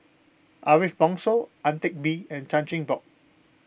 Ariff Bongso Ang Teck Bee and Chan Chin Bock